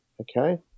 okay